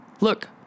look